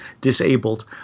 disabled